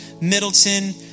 Middleton